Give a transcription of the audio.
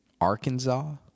Arkansas